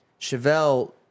Chevelle